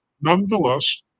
nonetheless